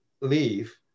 leave